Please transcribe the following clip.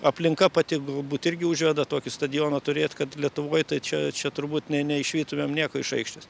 aplinka pati galbūt irgi užveda tokį stadioną turėt kad lietuvoj tai čia čia turbūt nė neišvytumėm nieko iš aikštės